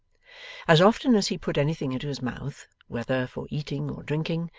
as often as he put anything into his mouth, whether for eating or drinking,